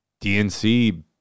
DNC